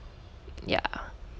yeah